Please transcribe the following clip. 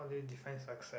how do you define success